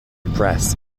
press